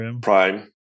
Prime